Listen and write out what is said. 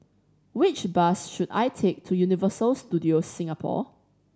which bus should I take to Universal Studios Singapore